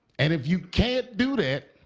and if you can't do that